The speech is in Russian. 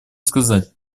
сказать